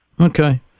Okay